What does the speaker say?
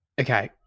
Okay